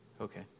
Okay